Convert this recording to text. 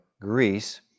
Greece